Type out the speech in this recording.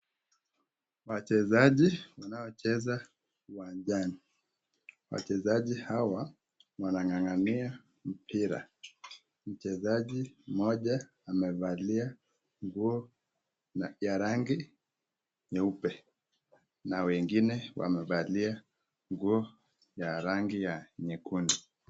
Wachezaji wanaocheza uwanjani wachezaji hawa wanang'ang'ania mpira. Mchezaji mmoja amevalia nguo ya rangi nyeupe na wengine wamevalia nguo ya rangi ya nyekundu.